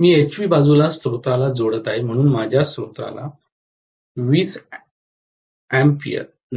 मी HV बाजूला स्त्रोताला जोडत आहे म्हणून माझ्या स्त्रोताला 20 A